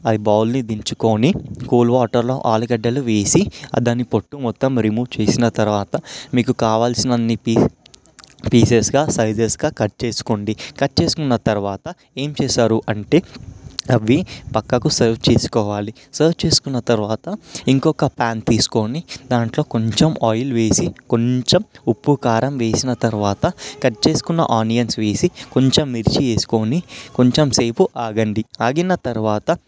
అది బౌల్ని దించుకొని కోల్డ్ వాటర్లో ఆలుగడ్డలు వేసి ఆ దాని పొట్టు మొత్తం రిమూవ్ చేసిన తరువాత మీకు కావాల్సినవన్ని పీసెస్గా సైజెస్గా కట్ చేసుకోండి కట్ చేసుకున్న తరువాత ఏం చేస్తారు అంటే అవి పక్కకు సర్వ్ చేసుకోవాలి సర్వ్ చేసుకున్న తరువాత ఇంకొక పాన్ తీసుకొని దాంట్లో కొంచెం ఆయిల్ వేసి కొంచెం ఉప్పు కారం వేసిన తరువాత కట్ చేసుకున్న ఆనియన్స్ వేసి కొంచెం మిర్చి వేసుకొని కొంచెం సేపు ఆగండి ఆగిన తరువాత